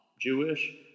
Jewish